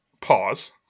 pause